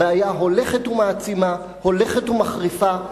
הבעיה הולכת ומעצימה, הולכת ומחריפה,